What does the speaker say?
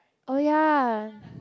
oh ya